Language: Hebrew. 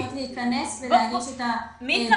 --- אפשרות להיכנס ולהגיש את --- רגע.